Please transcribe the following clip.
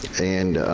and